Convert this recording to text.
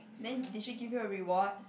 then did she give you a reward